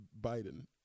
Biden